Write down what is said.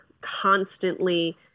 constantly